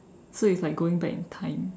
so it's like going back in time